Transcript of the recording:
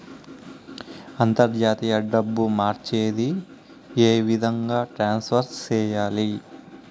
అంతర్జాతీయ డబ్బు మార్చేది? ఏ విధంగా ట్రాన్స్ఫర్ సేయాలి?